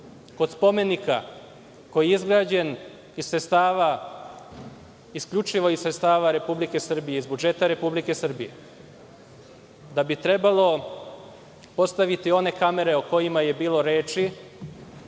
kod spomenika koji je izgrađen isključivo iz sredstava Republike Srbije, iz budžeta Republike Srbije, da bi trebalo postaviti one kamere o kojima je bilo reči,